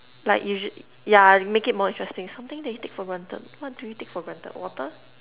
like usual~ yeah make it more interesting something that you take for granted what do we take for granted water